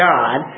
God